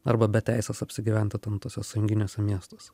arba be teisės apsigyventi ten tuose sąjunginiuose miestuose